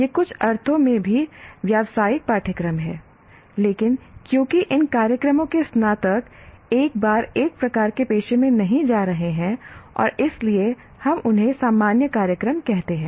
ये कुछ अर्थों में भी व्यावसायिक पाठ्यक्रम हैं लेकिन क्योंकि इन कार्यक्रमों के स्नातक एक बार एक प्रकार के पेशे में नहीं जा रहे हैं और इसीलिए हम उन्हें सामान्य कार्यक्रम कहते हैं